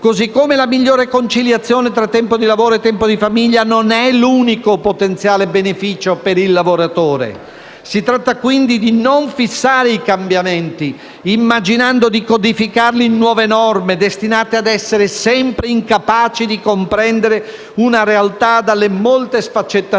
così come la migliore conciliazione tra tempo di lavoro e tempo di famiglia non è l'unico potenziale beneficio per il lavoratore. Si tratta quindi non di fissare i cambiamenti, immaginando di codificarli in nuove norme, destinate ad essere sempre incapaci di comprendere una realtà dalle molte sfaccettature